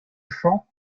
chants